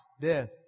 death